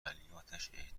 عملیاتش